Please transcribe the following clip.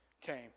came